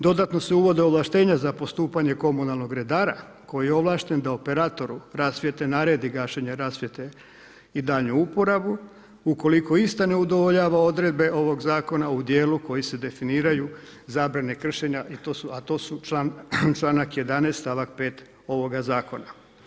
Dodatno se uvode ovlaštenja za postupanje komunalnog redara, koji je ovlašten, da operatoru rasvjete, naredi gašenje rasvjete i daljnju uporabu, ukoliko ista ne udovoljava odredbe ovog zakona u dijelu koji se definiraju zabrane kršenja, a to su članak 11, stavak 5 ovoga zakona.